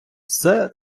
все